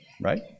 right